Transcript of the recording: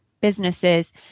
businesses